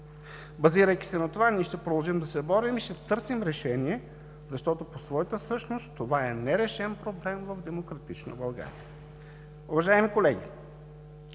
Базирайки се на това, ние ще продължим да се борим и ще търсим решение, защото по своята същност това е нерешен проблем в демократична България. Уважаеми колеги,